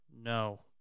No